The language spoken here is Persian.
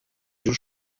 جور